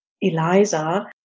Eliza